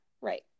Right